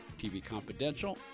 tvconfidential